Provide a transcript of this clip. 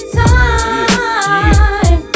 time